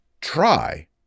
try